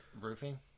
roofing